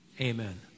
amen